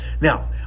Now